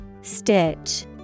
Stitch